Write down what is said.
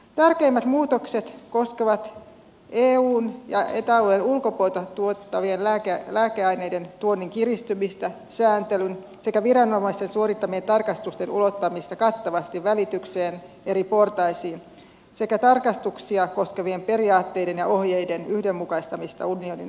tärkeimmät muutokset koskevat eun ja eta alueen ulkopuolella tuotettavien lääkeaineiden tuonnin kiristymistä sääntelyn sekä viranomaisten suorittamien tarkastusten ulottamista kattavasti välityksen eri portaisiin sekä tarkastuksia koskevien periaatteiden ja ohjeiden yhdenmukaistamista unionin alueella